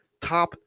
top